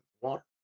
Water